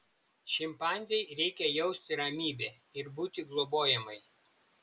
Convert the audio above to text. šimpanzei reikia jausti ramybę ir būti globojamai